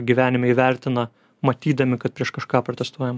gyvenime įvertina matydami kad prieš kažką protestuojam